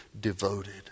devoted